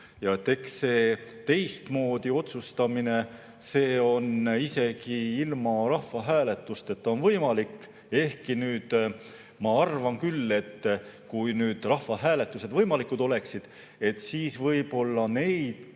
Eks see teistmoodi otsustamine on isegi ilma rahvahääletusteta võimalik, ehkki ma arvan küll, et kui nüüd rahvahääletused võimalikud oleksid, siis võib-olla neid